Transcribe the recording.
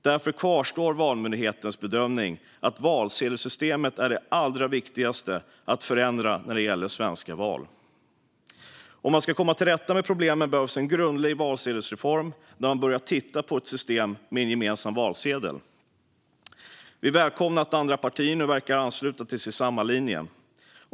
Därför kvarstår Valmyndighetens bedömning att valsedelssystemet är det allra viktigaste att förändra när det gäller svenska val." Om man ska komma till rätta med problemen behövs en grundlig valsedelsreform där man börjar titta på ett system med en gemensam valsedel. Vi välkomnar att andra partier nu verkar ansluta sig till samma linje.